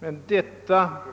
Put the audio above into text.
Utskottets ställningstagande